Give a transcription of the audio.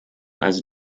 also